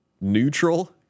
neutral